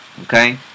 Okay